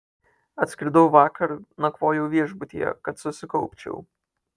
atskridau vakar nakvojau viešbutyje kad susikaupčiau